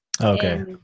Okay